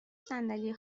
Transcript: صندلی